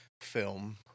film